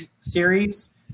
series